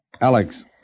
Alex